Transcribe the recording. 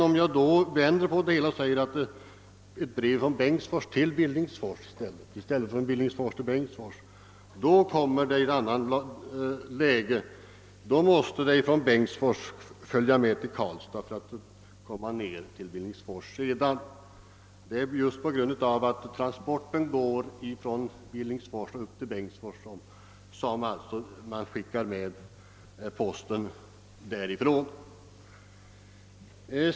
Om jag vänder på det hela och talar om ett brev från Bengtsfors till Billingsfors i stället för tvärtom, kommer saken emellertid i ett annat läge. Brevet från Bengtsfors måste följa med till Karlstad för att sedan sändas ned till Billingsfors. Det är just därför att transporten går från Billingsfors via Bengtsfors som man kan skicka med posten därifrån.